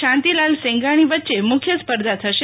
શાંતિલાલ સેંગાણી વચ્ચે મુખ્ય સ્પર્ધા થશે